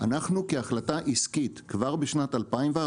אנחנו כהחלטה עסקית כבר בשנת 2014